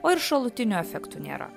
o ir šalutinių efektų nėra